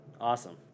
Awesome